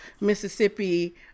Mississippi